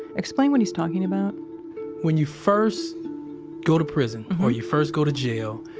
explain what he's talking about when you first go to prison or you first go to jail,